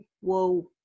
Whoa